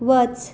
वच